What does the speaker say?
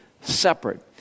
separate